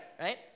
right